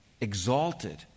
exalted